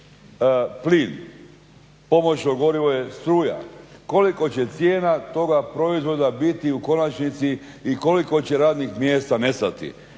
plin, pomoćno gorivo je struka. Koliko će cijena toga proizvoda biti u konačnici i koliko će radnih mjesta nestati?